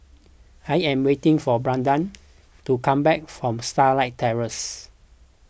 I am waiting for Brandan to come back from Starlight Terrace